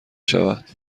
شود